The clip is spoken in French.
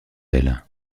elle